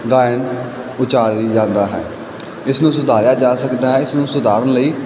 ਗਾਇਨ ਉਚਾਰੀ ਜਾਂਦਾ ਹੈ ਇਸ ਨੂੰ ਸੁਧਾਰਿਆ ਜਾ ਸਕਦਾ ਹੈ ਇਸ ਨੂੰ ਸੁਧਾਰਨ ਲਈ